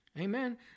Amen